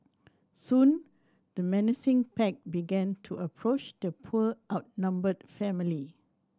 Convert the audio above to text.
soon the menacing pack began to approach the poor outnumbered family